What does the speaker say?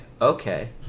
Okay